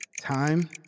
Time